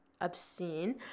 obscene